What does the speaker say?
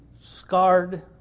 scarred